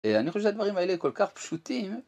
אני חושב שהדברים האלה כל כך פשוטים.